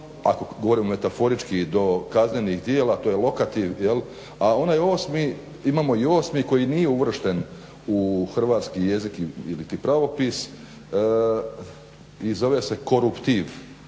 ako govorimo metaforički do kaznenih djela, to je lokativ jel', a onaj imamo i osmi koji nije uvršten u hrvatski jezik ili pravopis i zove se koruptiv.